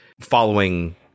following